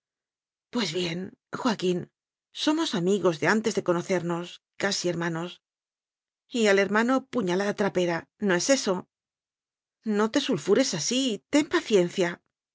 pues bien joaquín somos amigos de antes de conocernos casi hermanos y al hermano puñalada trapera no es eso no te sulfures así ten paciencia